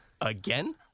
again